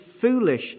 foolish